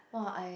!wah! I